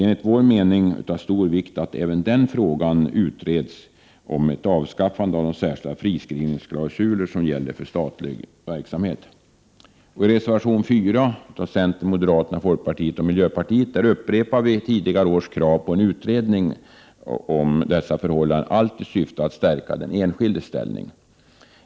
Enligt vår mening är det också av stor vikt att utreda frågan om avskaffande av de särskilda friskrivningsklausuler som gäller för statlig affärsverksamhet. I reservation 4 av centern, moderaterna, folkpartiet och miljöpartiet upprepar vi tidigare års krav på en utredning av dessa förhållanden — allt i syfte att stärka den enskildes ställning.